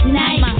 night